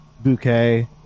Bouquet